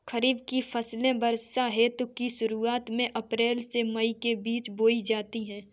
खरीफ की फसलें वर्षा ऋतु की शुरुआत में अप्रैल से मई के बीच बोई जाती हैं